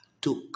took